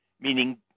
meaning